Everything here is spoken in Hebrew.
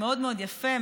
מאוד מאוד יפה,